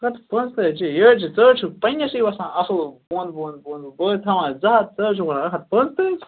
اَکھ ہتھ تہٕ پنٛژتٲجی یہِ حظ چھُو ژٕ حظ چھُکھ پننِسٕے وَسان اصٕل بوٚن بوٚن بوٚن بہٕ حظ تھاوان زٕ ہتھ ژٕ حظ چھُکھ وَنان اِکھ ہتھ پنٛژتٲجۍ